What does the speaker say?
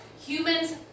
Humans